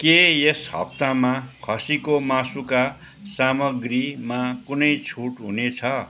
के यस हप्तामा खसीको मासुका सामाग्रीमा कुनै छुट हुने छ